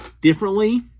differently